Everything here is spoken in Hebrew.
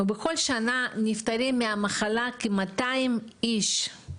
בכל שנה נפטרים מהמחלה כ-200 אנשים,